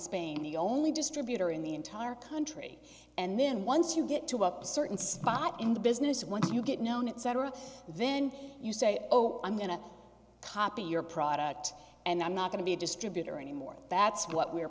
spain the only distributor in the entire country and then once you get to up a certain spot in the business once you get known etc then you say oh i'm going to copy your product and i'm not going to be a distributor anymore that's what we're